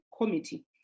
Committee